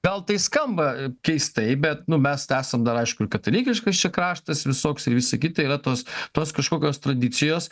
gal tai skamba keistai bet nu mes esam dar aišku ir katalikiškas čia kraštas visoks ir visa kita yra tos tos kažkokios tradicijos